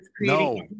No